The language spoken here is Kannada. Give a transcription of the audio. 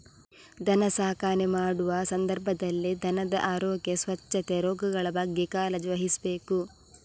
ದನ ಸಾಕಣೆ ಮಾಡುವ ಸಂದರ್ಭದಲ್ಲಿ ದನದ ಆರೋಗ್ಯ, ಸ್ವಚ್ಛತೆ, ರೋಗಗಳ ಬಗ್ಗೆ ಕಾಳಜಿ ವಹಿಸ್ಬೇಕು